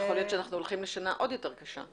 ויכול להיות שאנחנו הולכים לשנה עוד יותר קשה.